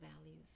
values